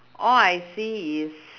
all I see is